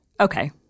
okay